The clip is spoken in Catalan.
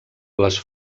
les